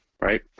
right